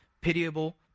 pitiable